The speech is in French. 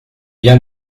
bien